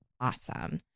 Awesome